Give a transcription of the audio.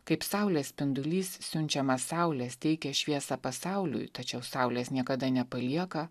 kaip saulės spindulys siunčiamas saulės teikia šviesą pasauliui tačiau saulės niekada nepalieka